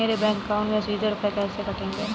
मेरे bank account से सीधे रुपए कैसे कटेंगे?